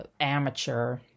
amateur